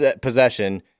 possession